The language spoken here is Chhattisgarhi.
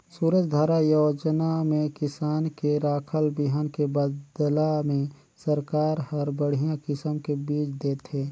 सूरजधारा योजना में किसान के राखल बिहन के बदला में सरकार हर बड़िहा किसम के बिज देथे